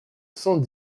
cent